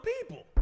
people